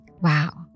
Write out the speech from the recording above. Wow